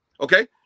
Okay